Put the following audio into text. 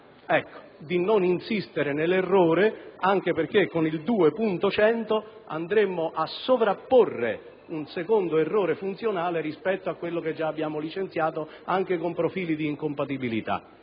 quindi di non insistere nell'errore, anche perché con l'emendamento 2.100 andremmo a sovrapporre un secondo errore funzionale a quello che già abbiamo licenziato, con profili di incompatibilità.